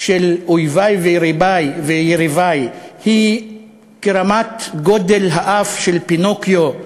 של אויבי ויריבי היא כרמת גודל האף של פינוקיו,